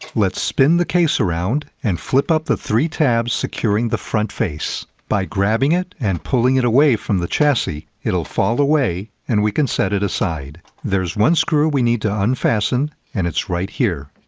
let's spin the case around and flip up the three tabs securing the front face. by grabbing it and pulling it away from the chassis, it'll fall away and we can set it aside. there's one screw we need to unfasten and it's right here.